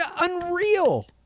unreal